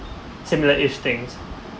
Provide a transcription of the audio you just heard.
similar each things